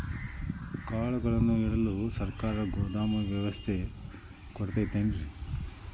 ಕಾಳುಗಳನ್ನುಇಡಲು ಸರಕಾರ ಗೋದಾಮು ವ್ಯವಸ್ಥೆ ಕೊಡತೈತೇನ್ರಿ?